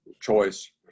choice